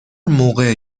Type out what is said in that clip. موقع